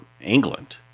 England